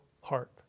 heart